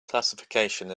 classification